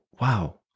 wow